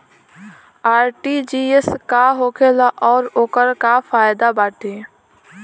RTGS का होखेला और ओकर का फाइदा बाटे?